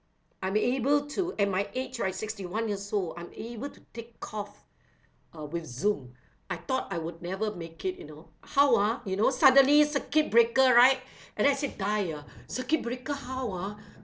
I'm able to at my age right sixty one years old I'm able to take off uh with Zoom I thought I would never make it you know how ah you know suddenly circuit breaker right and then I say die ah circuit breaker how ah